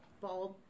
bulb